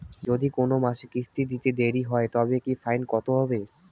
যদি কোন মাসে কিস্তি দিতে দেরি হয় তবে কি ফাইন কতহবে?